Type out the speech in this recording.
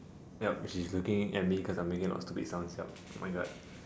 yup she's looking at me because I'm making a lot of stupid sounds yup oh my god